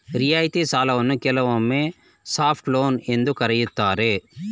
ರಿಯಾಯಿತಿ ಸಾಲವನ್ನ ಕೆಲವೊಮ್ಮೆ ಸಾಫ್ಟ್ ಲೋನ್ ಎಂದು ಕರೆಯುತ್ತಾರೆ